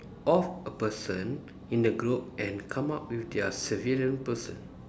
of a person in the group and come up with their supervillain person